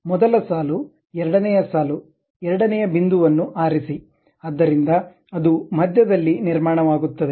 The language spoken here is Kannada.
ಆದ್ದರಿಂದ ಮೊದಲ ಸಾಲು ಎರಡನೇ ಸಾಲು ಎರಡನೇ ಬಿಂದುವನ್ನು ಆರಿಸಿ ಆದ್ದರಿಂದ ಅದು ಮಧ್ಯದಲ್ಲಿ ನಿರ್ಮಾಣವಾಗುತ್ತದೆ